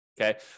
Okay